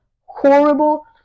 horrible